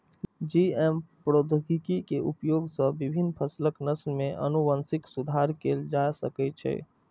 GM प्रौद्योगिकी के उपयोग सं विभिन्न फसलक नस्ल मे आनुवंशिक सुधार कैल जा सकै छै